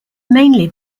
mainly